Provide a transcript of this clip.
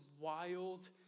wild